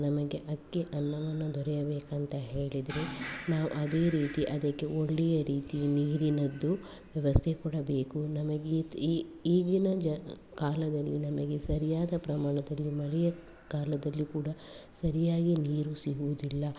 ನಮಗೆ ಅಕ್ಕಿ ಅನ್ನವನ್ನು ದೊರೆಯಬೇಕಂತ ಹೇಳಿದರೆ ನಾವು ಅದೇ ರೀತಿ ಅದಕ್ಕೆ ಒಳ್ಳೆಯ ರೀತಿ ನೀರಿನದ್ದು ವ್ಯವಸ್ಥೆ ಕೊಡಬೇಕು ನಮಗೆ ಈಗಿನ ಜ ಕಾಲದಲ್ಲಿ ನಮಗೆ ಸರಿಯಾದ ಪ್ರಮಾಣದಲ್ಲಿ ಮಳೆಯ ಕಾಲದಲ್ಲಿ ಕೂಡ ಸರಿಯಾಗಿ ನೀರು ಸಿಗುವುದಿಲ್ಲ